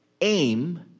Aim